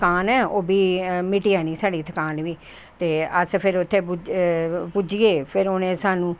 थकान ऐ ओह् बी मिटी जानी थकान साढ़ी ते अस फिर उत्थें पुज्जी गे ते फिर उनैं साह्नू